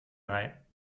drei